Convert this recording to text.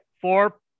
four